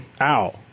Ow